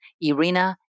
Irina